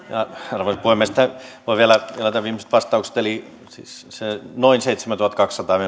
arvoisa puhemies voin vielä antaa viimeiset vastaukset siis se on noin seitsemäntuhattakaksisataa